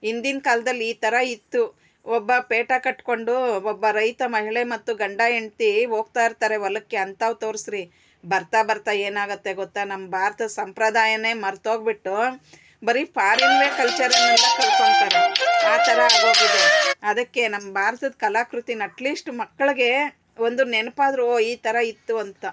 ಹಿಂದಿನ ಕಾಲ್ದಲ್ಲಿ ಈ ಥರ ಇತ್ತು ಒಬ್ಬ ಪೇಟ ಕಟ್ಕೊಂಡು ಒಬ್ಬ ರೈತ ಮಹಿಳೆ ಮತ್ತು ಗಂಡ ಹೆಂಡ್ತಿ ಹೋಗ್ತಾಯಿರ್ತಾರೆ ಹೊಲಕ್ಕೆ ಅಂತಾ ತೋರಿಸ್ರಿ ಬರ್ತಾ ಬರ್ತಾ ಏನಾಗುತ್ತೆ ಗೊತ್ತ ನಮ್ಮ ಭಾರತದ್ ಸಂಪ್ರದಾಯ ಮರೆತೋಗ್ಬಿಟ್ಟು ಬರೀ ಫಾರಿನ್ದೇ ಕಲ್ಚರ್ನೆಲ್ಲ ಕಲಿತ್ಕೊತಾರೆ ಆ ಥರ ಆಗೋಗಿದೆ ಅದಕ್ಕೆ ನಮ್ಮ ಭಾರತದ್ ಕಲಾಕೃತಿನ್ ಅಟ್ಲೀಸ್ಟ್ ಮಕ್ಕಳಿಗೆ ಒಂದು ನೆನಪಾದ್ರೂ ಓ ಈ ಥರ ಇತ್ತು ಅಂತ